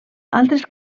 altres